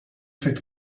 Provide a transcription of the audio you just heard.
fet